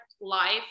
life